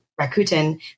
Rakuten